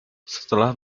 setelah